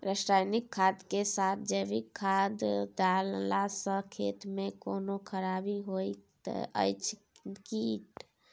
रसायनिक खाद के साथ जैविक खाद डालला सॅ खेत मे कोनो खराबी होयत अछि कीट?